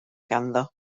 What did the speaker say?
ganddo